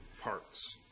parts